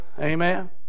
Amen